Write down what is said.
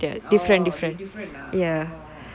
oh their different ah oh